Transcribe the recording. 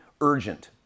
urgent